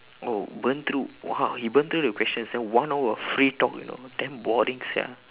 oh burn through !wah! he burn through the questions then one hour of free talk you know damn boring sia